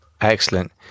Excellent